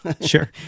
Sure